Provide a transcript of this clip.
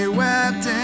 wept